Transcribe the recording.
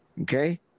Okay